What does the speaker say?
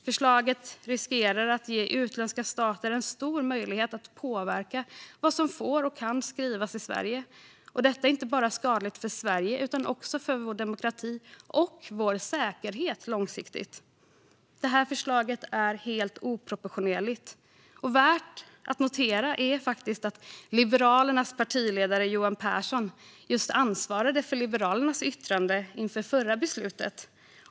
Förslaget riskerar att ge utländska stater en stor möjlighet att påverka vad som får och kan skrivas i Sverige. Detta är inte bara skadligt för Sverige utan också för vår demokrati och vår säkerhet långsiktigt. Förslaget är helt oproportionerligt. Värt att notera är att Liberalernas partiledare Johan Pehrson ansvarade för Liberalernas yttrande inför det förra beslutet.